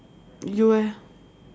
you eh